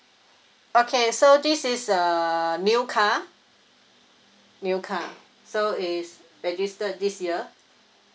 okay so this is a new car new car so it's registered this year